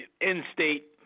in-state